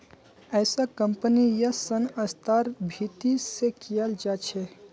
ऐसा कम्पनी या संस्थार भीती से कियाल जा छे